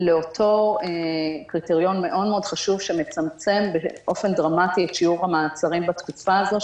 לאותו קריטריון חשוב שמצמצם באופן דרמטי את שיעור המעצרים בתקופה הזו,